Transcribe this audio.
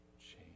change